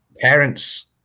parents